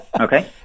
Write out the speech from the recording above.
Okay